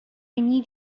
need